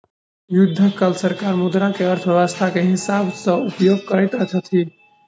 युद्धक काल सरकार मुद्रा के अर्थव्यस्था के हिसाब सॅ उपयोग करैत अछि